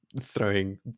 throwing